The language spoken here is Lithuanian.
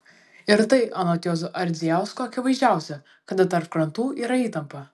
ir tai anot juozo ardzijausko akivaizdžiausia kada tarp krantų yra įtampa